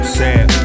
sad